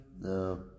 No